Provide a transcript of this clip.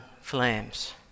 flames